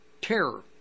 terror